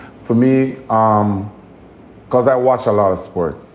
for me, um because i watch a lot of sports.